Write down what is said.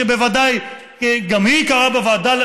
שבוודאי גם היא קראה בוועדה,